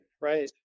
right